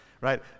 Right